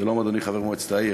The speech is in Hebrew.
שלום, אדוני חבר מועצת העיר,